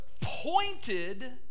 pointed